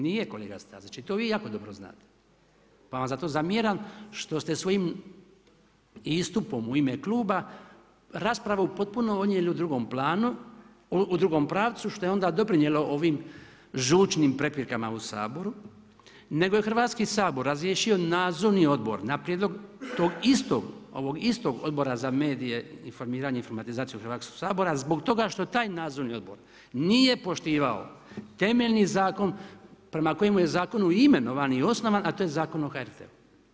Nije kolega Stazić i vi to jako dobro znate, pa vam zato zamjeram što ste svojim istupom u ime kluba raspravu potpuno odnijeli u drugom planu u drugom pravcu što je onda doprinijelo ovim žučnim prepirkama u Saboru, nego je Hrvatski sabor razriješio Nadzorni odbor na prijedlog tog istog, ovog istog Odbora za medije, informiranje i informatizaciju Hrvatskoga sabora zbog toga što taj Nadzorni odbor nije poštivao temeljni zakon prema kojemu je zakonu imenovan i osnovan, a to je Zakon o HRT-u.